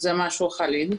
זה משהו חריג,